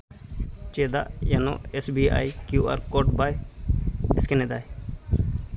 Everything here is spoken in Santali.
ᱪᱮᱫᱟᱜ YONO S B I Q R code ᱵᱟᱭ ᱥᱠᱮᱱ ᱮᱫᱟᱭ